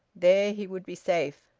there he would be safe.